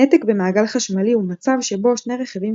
נתק במעגל חשמלי הוא מצב שבו שני רכיבים